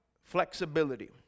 Flexibility